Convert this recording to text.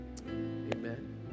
amen